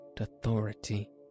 authority